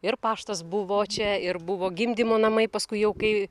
ir paštas buvo čia ir buvo gimdymo namai paskui jau kai